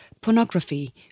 pornography